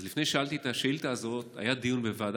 לפני ששאלתי את השאילתה הזאת היה דיון בוועדת,